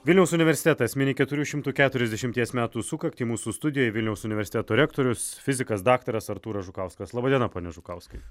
vilniaus universitetas mini keturių šimtų keturiasdešimties metų sukaktį mūsų studijoj vilniaus universiteto rektorius fizikas daktaras artūras žukauskas laba diena pone žukauskai